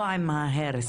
לא עם ההרס,